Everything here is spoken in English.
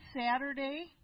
Saturday